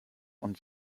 und